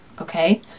Okay